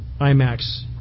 IMAX